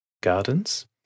gardens